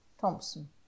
Thompson